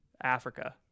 Africa